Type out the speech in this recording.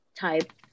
type